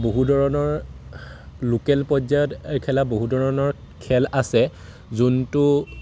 বহু ধৰণৰ লোকেল পৰ্যায়ত এই খেলা বহু ধৰণৰ খেল আছে যোনটো